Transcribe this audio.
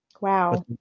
Wow